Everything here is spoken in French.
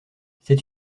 c’est